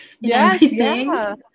Yes